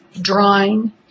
drawing